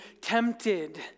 tempted